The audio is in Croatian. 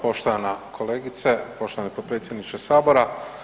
Poštovana kolegice, poštovani potpredsjedniče sabora.